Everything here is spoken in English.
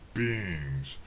beings